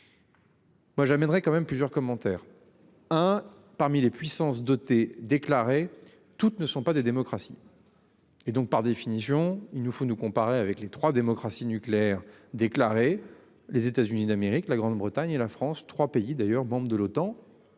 Moi j'amènerai quand même plusieurs commentaires hein. Parmi les puissances dotées déclarer toutes ne sont pas des démocraties. Et donc par définition il nous faut nous comparer avec les trois démocratie nucléaire déclaré les États-Unis d'Amérique, la Grande-Bretagne et la France, 3 pays d'ailleurs membre de l'OTAN.